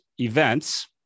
events